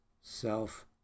self